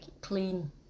clean